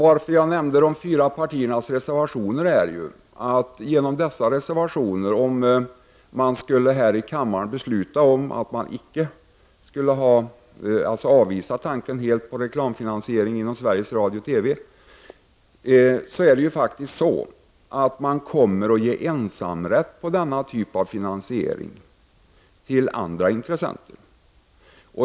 Att jag nämnde de fyra partiernas reservationer beror på, att om man här i kammaren beslutar att inte helt avvisa tanken på reklamfinansiering inom Sveriges Radio/TV, kommer ensamrätten på denna typ av finansiering att ges till andra intressenter.